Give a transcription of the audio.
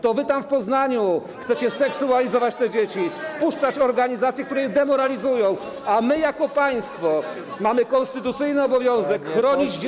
To wy tam, w Poznaniu, chcecie seksualizować te dzieci, [[Poruszenie na sali]] wpuszczać organizacje, które je demoralizują, a my jako państwo mamy konstytucyjny obowiązek chronić dzieci.